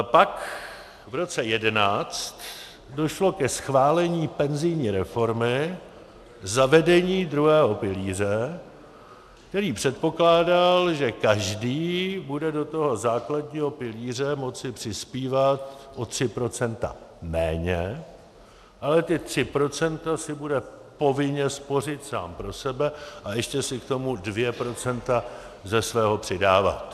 Pak v roce 2011 došlo ke schválení penzijní reformy, zavedení druhého pilíře, který předpokládal, že každý bude do toho základního pilíře moci přispívat o 3 % méně, ale ta 3 % si bude povinně spořit sám pro sebe a ještě si k tomu 2 % ze svého přidávat.